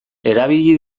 erabili